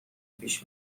پیش